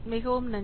மிகவும் நன்றி